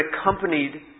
accompanied